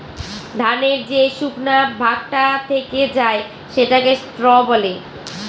ধানের যে শুকনা ভাগটা থেকে যায় সেটাকে স্ত্র বলে